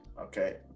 okay